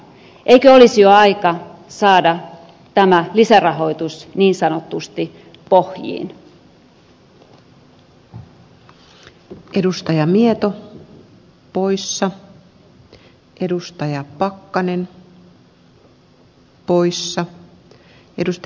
eikö olisi jo aika saada tämä lisärahoitus niin sanotusti pohjiin